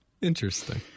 Interesting